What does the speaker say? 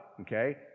Okay